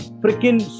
freaking